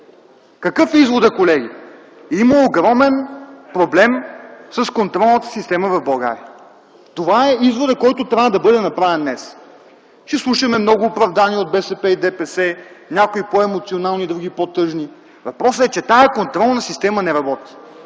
Какъв е изводът, колеги? Има огромен проблем с контролната система в България. Това е изводът, който трябва да бъде направен днес. Ще слушаме много оправдания от БСП и ДПС – някои по-емоционални, други по-тъжни. Въпросът е, че тая контролна система не работи.